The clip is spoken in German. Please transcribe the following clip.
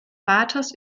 vaters